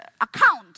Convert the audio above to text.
account